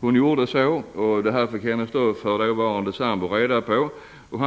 Hon gjorde så, och hennes f.d. sambo fick reda på det.